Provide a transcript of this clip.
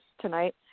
tonight